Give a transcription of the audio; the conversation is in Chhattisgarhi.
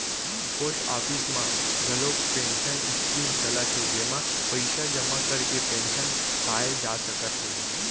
पोस्ट ऑफिस म घलोक पेंसन स्कीम चलत हे जेमा पइसा जमा करके पेंसन पाए जा सकत हे